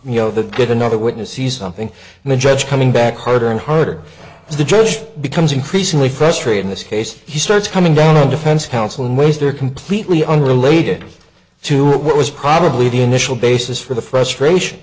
you know the good another witness sees something and the judge coming back harder and harder as the truth becomes increasingly frustrated in this case he starts coming down on defense counsel in ways that are completely unrelated to what was probably the initial basis for the frustration